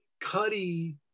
Cuddy